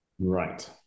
Right